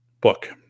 book